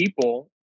people